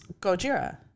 Gojira